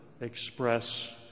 express